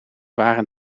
waren